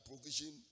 provision